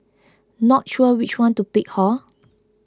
not sure which one to pick hor